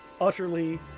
utterly